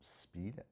speed